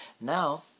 Now